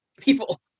people